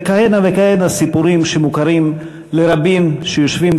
וכהנה וכהנה סיפורים שמוכרים לרבים שיושבים